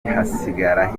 hasigara